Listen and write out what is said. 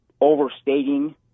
overstating